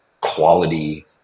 quality